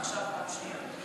ועכשיו פעם שנייה.